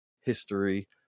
history